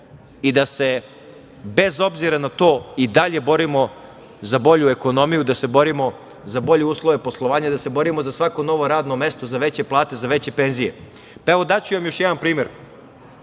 i da se bez obzira na to i dalje borimo za bolju ekonomiju, da se borimo za bolje uslove poslovanja i da se borimo za svako novo radno mesto, za veće plate, za veće penzije. Evo daću vam još jedna primer.